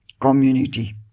community